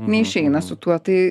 neišeina su tuo tai